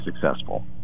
successful